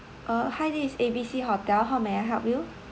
uh hi this is A B C hotel how may I help you